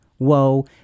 woe